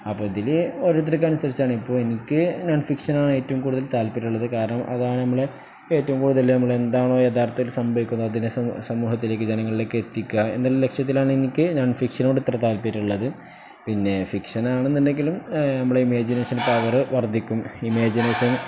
അപ്പോള് ഇതില് ഓരോരുത്തര്ക്ക് അനുസരിച്ചാണ് ഇപ്പോള് എനിക്ക് നോൺ ഫിക്ഷനാണ് ഏറ്റവും കൂടുതൽ താല്പര്യമുള്ളത് കാരണം അതാണ് നമ്മള് ഏറ്റവും കൂടുതല് നമ്മളെന്താണോ യഥാര്ത്ഥത്തിൽ സംഭവിക്കുന്നത് അതിനെ സമൂഹത്തിലേക്ക് ജനങ്ങളിലേക്ക് എത്തിക്കുകയെന്നുള്ള ലക്ഷ്യത്തിലാണ് എനിക്ക് നോൺ ഫിക്ഷനോട് ഇത്ര താല്പര്യമുള്ളത് പിന്നെ ഫിക്ഷനാണെന്നുണ്ടെങ്കിലും നമ്മുടെ ഇമേജിനേഷൻ പവര് വർദ്ധിക്കും ഇമേജിനേഷൻ